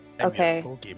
Okay